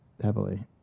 heavily